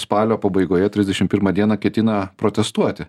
spalio pabaigoje trisdešim pirmą dieną ketina protestuoti